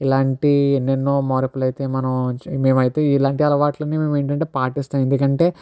ఇలాంటి ఎన్నో ఎన్నో మార్పులు అయితే మనం మేమైతే ఇలాంటి అలవాట్లు మేమెన్నెన్నో పాటిస్తాం ఎందుకంటే